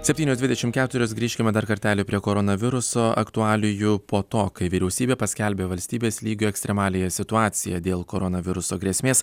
septynios dvidešim keturios grįžkime dar kartelį prie koronaviruso aktualijų po to kai vyriausybė paskelbė valstybės lygio ekstremaliąją situaciją dėl koronaviruso grėsmės